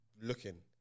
looking